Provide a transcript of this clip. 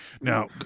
Now